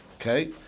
Okay